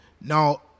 Now